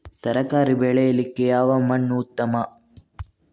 ತರಕಾರಿ ಬೆಳೆಯಲಿಕ್ಕೆ ಯಾವ ಮಣ್ಣು ಉತ್ತಮ?